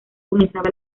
comenzaba